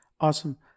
awesome